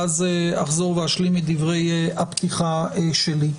ואז אחזור ואשלים את דברי הפתיחה שלי.